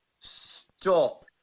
stop